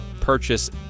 purchase